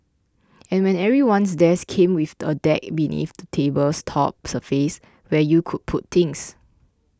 and when everyone's desk came with a deck beneath the table's top surface where you could put things